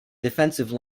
defensive